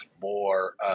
more